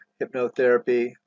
hypnotherapy